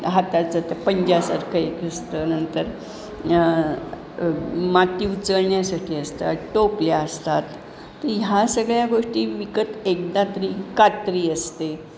हाताचं त्या पंज्यासारखं एक असतं नंतर माती उचलण्यासाठी असतात टोपल्या असतात तर ह्या सगळ्या गोष्टी विकत एकदा तरी कात्री असते